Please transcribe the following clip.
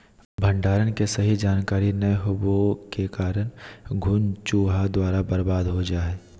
भंडारण के सही जानकारी नैय होबो के कारण नमी, घुन, चूहा द्वारा बर्बाद हो जा हइ